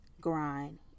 grind